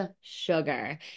sugar